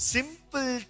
Simple